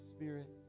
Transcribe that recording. Spirit